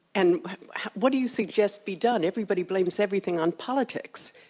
and what do you suggest be done? everybody blames everything on politics.